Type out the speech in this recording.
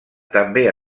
també